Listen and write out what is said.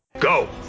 Go